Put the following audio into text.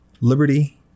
liberty